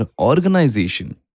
organization